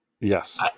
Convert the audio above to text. Yes